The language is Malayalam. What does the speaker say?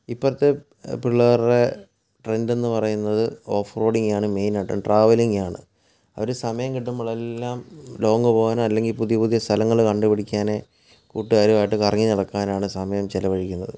ഇപ്പോഴത്തെ പിള്ളേരുടെ ട്രെൻഡ് എന്ന് പറയുന്നത് ഓഫ്റോഡിങ് ആണ് മെയിൻ ആയിട്ടും ട്രാവലിംഗ് ആണ് അവർ സമയം കിട്ടുമ്പോഴെല്ലാം ലോങ്ങ് പോവാനോ അല്ലെങ്കിൽ പുതിയ പുതിയ സ്ഥലങ്ങൾ കണ്ടുപിടിക്കാൻ കൂട്ടുകാരുമായിട്ട് കറങ്ങി നടക്കാൻ ആണ് സമയം ചിലവഴിക്കുന്നത്